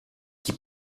qui